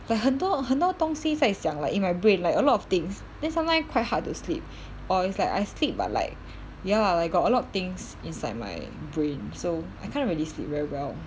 like 很多很多东西在想 like in my brain like a lot of things then sometime quite hard to sleep or it's like I sleep but like ya lah like got a lot of things inside my brain so I can't really sleep very well